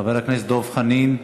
חבר הכנסת דב חנין,